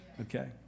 okay